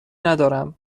ندارم